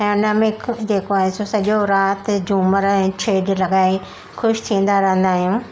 ऐं हुन में हिकु जेको आहे सो जो राति झूमिरि ऐं छेॼ लगाए ख़ुशि थींदा रहंदा आहियूं